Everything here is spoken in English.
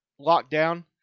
lockdown